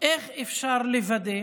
איך אפשר לוודא